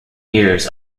years